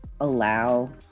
allow